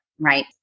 right